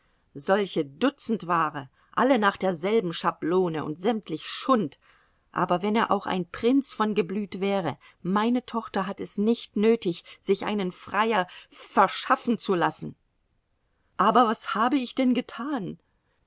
solche dutzendware alle nach derselben schablone und sämtlich schund aber wenn er auch ein prinz von geblüt wäre meine tochter hat es nicht nötig sich einen freier verschaffen zu lassen aber was habe ich denn getan